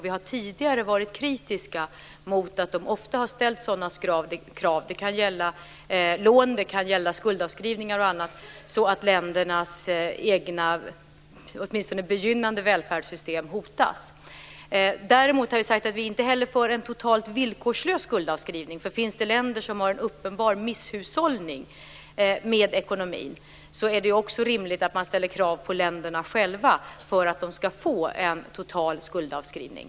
Vi har tidigare varit kritiska mot att det ofta har ställts sådana krav - det kan gälla lån, det kan gälla skuldavskrivningar och annat - att ländernas egna åtminstone begynnande välfärdssystem hotas. Men vi driver inte heller frågan om en totalt villkorslös skuldavskrivning. Finns det länder som har en uppenbar misshushållning med ekonomin är det rimligt att man ställer krav på länderna själva för att de ska få en total skuldavskrivning.